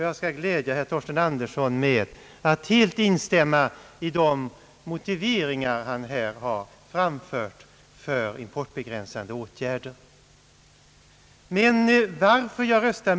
Jag skall glädja herr Torsten Andersson med att helt instämma med de motiveringar för importbegränsande åtgärder som han här har framfört.